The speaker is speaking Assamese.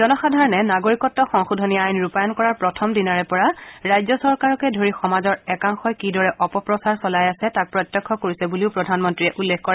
জনসাধাৰণে নাগৰিকত্ব সংশোধনী আইন ৰূপায়ণ কৰাৰ প্ৰথম দিনাৰে পৰা ৰাজ্য চৰকাৰকে ধৰি সমাজৰ একাংশই কিদৰে অপপ্ৰচাৰ চলাই আছে তাক প্ৰত্যক্ষ কৰিছে বুলিও প্ৰধানমন্ত্ৰীয়ে উল্লেখ কৰে